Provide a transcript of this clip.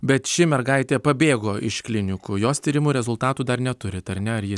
bet ši mergaitė pabėgo iš klinikų jos tyrimų rezultatų dar neturit ar ne ar ji